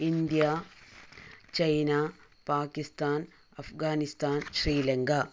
India China Pakistan Afghanistan Sri Lanka